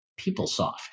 PeopleSoft